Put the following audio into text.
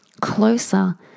closer